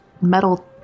metal